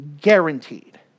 guaranteed